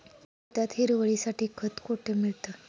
वर्ध्यात हिरवळीसाठी खत कोठे मिळतं?